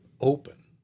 open